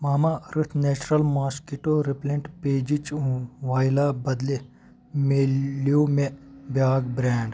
ماما earth natural mosquito repellent patches وایلا بدلہٕ مِلٮ۪و مےٚ بیٚاکھ برینڈ